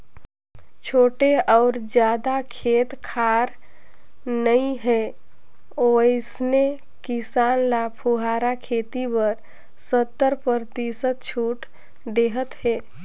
छोटे अउ जादा खेत खार नइ हे वइसने किसान ल फुहारा खेती बर सत्तर परतिसत छूट देहत हे